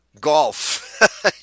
golf